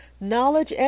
knowledge